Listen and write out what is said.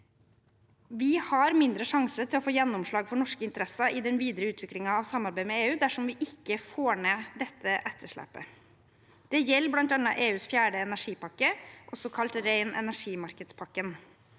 Vi har mindre sjanse til å få gjennomslag for norske interesser i den videre utviklingen av samarbeidet med EU dersom vi ikke får ned dette etterslepet. Det gjelder bl.a. EUs fjerde energipakke, også kalt ren energimarkedspakken.